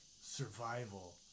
survival